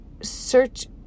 search